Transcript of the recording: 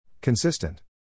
Consistent